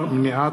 מאת